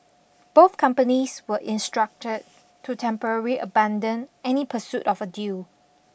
both companies were instructed to temporary abandon any pursuit of a deal